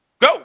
Go